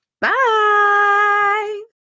Bye